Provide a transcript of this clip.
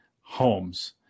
homes